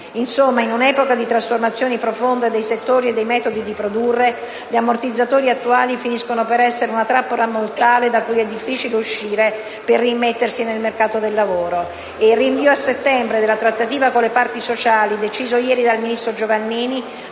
Insomma, in un'epoca di trasformazioni profonde dei settori e dei modi di produrre, gli ammortizzatori attuali finiscono per essere una trappola mortale da cui è difficile uscire per rimettersi nel mercato del lavoro e il rinvio a settembre della trattativa con le parti sociali deciso ieri dal ministro Giovannini